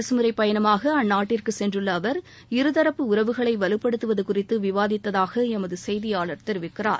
அரசுமுறை பயணமாக அந்நாட்டிற்கு சென்றுள்ள அவர் இருதரப்பு உறவுகளை வலுப்படுத்துவது குறித்து விவாதித்ததாக எமது செய்தியாளர் தெரிவிக்கிறார்